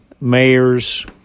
mayors